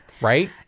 Right